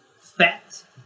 fat